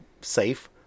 safe